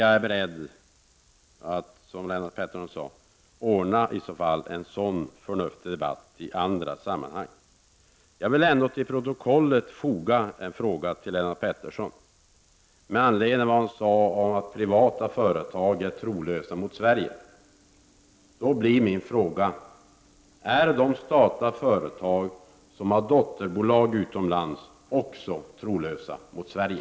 Jag är beredd att, som Lennart Pettersson sade, ordna en sådan förnuftig debatt i andra sammanhang. Jag vill ändå till protokollet foga en fråga till Lennart Pettersson, med anledning av vad han sade om att privata företag är trolösa mot Sverige: Är de statliga företag som har dotterbolag utomland också trolösa mot Sverige?